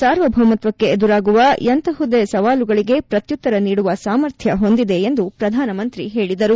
ಸಾರ್ವಬೌಮತ್ವಕ್ಕೆ ಎದುರಾಗುವ ಎಂತಹುದೇ ಸವಾಲುಗಳಿಗೆ ಪ್ರತ್ಯುತ್ತ ನೀಡುವ ಸಾಮರ್ಥ್ಯ ಹೊಂದಿದೆ ಎಂದು ಪ್ರಧಾನಮಂತ್ರಿ ಹೇಳಿದರು